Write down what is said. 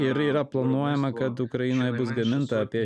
ir yra planuojama kad ukrainoje bus gaminta apie